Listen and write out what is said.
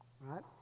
Right